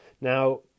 now